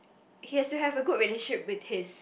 he has to have a good relationship with his